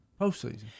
postseason